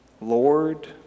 Lord